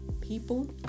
People